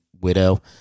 widow